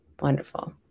wonderful